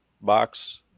box